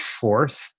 fourth